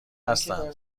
هستند